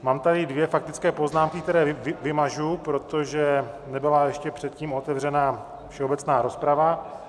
Mám tady dvě faktické poznámky, které vymažu, protože nebyla ještě předtím otevřena všeobecná rozprava.